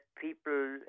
people